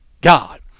God